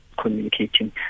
Communicating